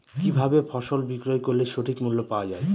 কি ভাবে ফসল বিক্রয় করলে সঠিক মূল্য পাওয়া য়ায়?